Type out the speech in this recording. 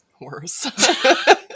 Worse